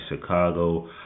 Chicago